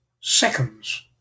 seconds